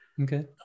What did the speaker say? Okay